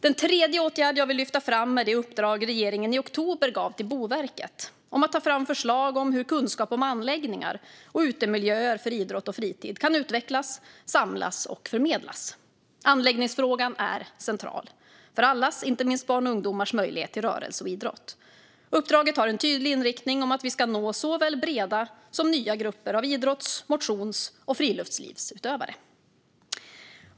Den tredje åtgärd jag vill lyfta fram är det uppdrag regeringen i oktober gav till Boverket om att ta fram förslag om hur kunskap om anläggningar och utemiljöer för idrott och fritid kan utvecklas, samlas och förmedlas. Anläggningsfrågan är central för allas, inte minst barns och ungdomars, möjligheter till rörelse och idrott. Uppdraget har en tydlig inriktning på att vi ska nå såväl breda som nya grupper av idrotts-, motions och friluftslivsutövare.